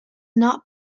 not